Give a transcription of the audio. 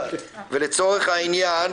ולצורך העניין,